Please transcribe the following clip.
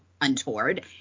untoward